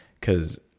Cause